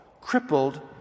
crippled